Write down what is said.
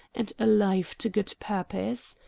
and alive to good purpose.